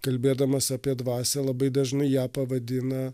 kalbėdamas apie dvasią labai dažnai ją pavadina